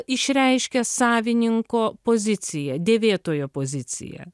išreiškia savininko poziciją dėvėtojo poziciją